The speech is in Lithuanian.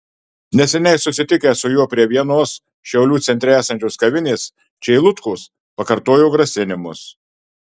neseniai susitikę su juo prie vienos šiaulių centre esančios kavinės čeilutkos pakartojo grasinimus